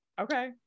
Okay